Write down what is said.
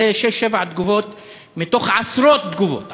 זה שש-שבע תגובות מתוך עשרות תגובות,